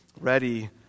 ready